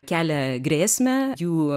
kelia grėsmę jų